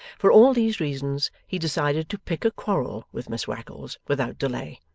for all these reasons, he decided to pick a quarrel with miss wackles without delay,